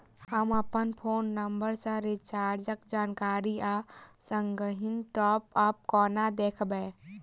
हम अप्पन phone number केँ रिचार्जक जानकारी आ संगहि टॉप अप कोना देखबै?